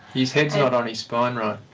his head's not on his spine right.